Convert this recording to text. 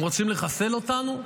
הם רוצים לחסל אותנו,